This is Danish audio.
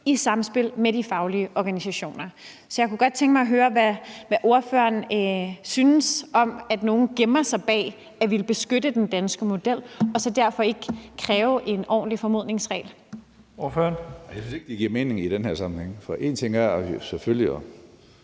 i samspil med de faglige organisationer. Så jeg kunne godt tænke mig at høre, hvad ordføreren synes om, at nogle gemmer sig bag at ville beskytte den danske model og så derfor ikke kræver en ordentlig formodningsregel. Kl. 12:23 Første næstformand (Leif Lahn Jensen): Ordføreren.